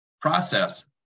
process